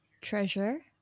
Treasure